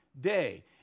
day